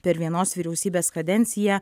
per vienos vyriausybės kadenciją